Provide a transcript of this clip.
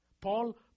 Paul